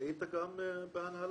בעיה מאוד